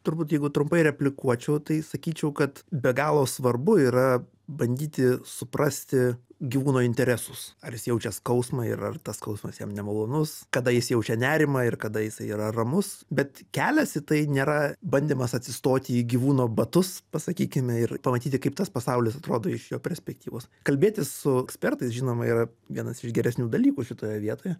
turbūt jeigu trumpai replikuočiau tai sakyčiau kad be galo svarbu yra bandyti suprasti gyvūno interesus ar jis jaučia skausmą ir ar tas skausmas jam nemalonus kada jis jaučia nerimą ir kada jisai yra ramus bet kelias į tai nėra bandymas atsistoti į gyvūno batus pasakykime ir pamatyti kaip tas pasaulis atrodo iš jo perspektyvos kalbėtis su ekspertais žinoma yra vienas iš geresnių dalykų šitoje vietoje